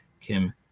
Kim